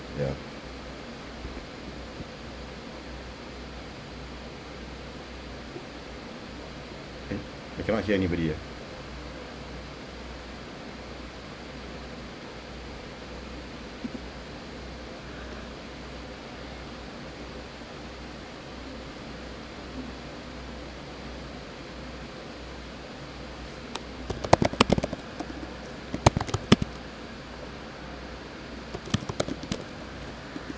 ya eh i cannot hear anybody ah